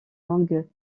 langue